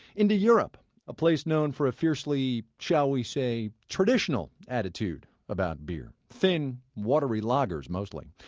into europe a place known for a fiercely, shall we say, traditional attitude about beer. thin watery lagers, mostly.